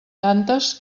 tantes